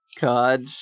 God